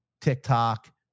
TikTok